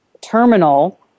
terminal